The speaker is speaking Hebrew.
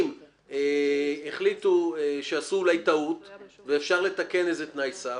אם החליטו שעשו טעות ואפשר לתקן תנאי סף,